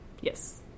Yes